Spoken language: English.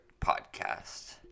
podcast